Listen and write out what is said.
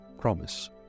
promise